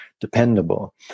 dependable